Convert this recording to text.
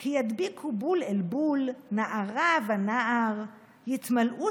כי ידביקו בול אל בול / נערה ונער / יתמלאו